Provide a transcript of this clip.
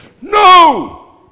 No